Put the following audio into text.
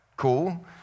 cool